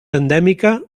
endèmica